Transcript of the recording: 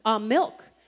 milk